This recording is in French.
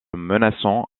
menaçant